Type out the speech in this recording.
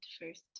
first